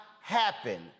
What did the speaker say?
happen